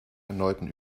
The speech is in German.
erneuten